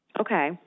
Okay